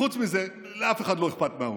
וחוץ מזה, לאף אחד לא אכפת מהאו"ם.